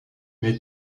mais